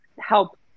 help